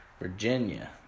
Virginia